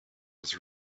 was